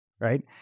right